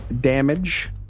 damage